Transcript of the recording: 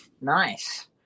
nice